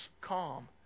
calm